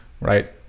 right